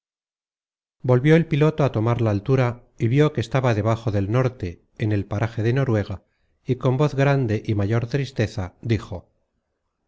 volvió el piloto a tomar la altura y vió que estaba debajo del norte en el paraje de noruega y con voz grande y mayor tristeza dijo